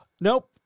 nope